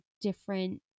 different